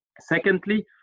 Secondly